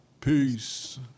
Peace